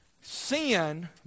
Sin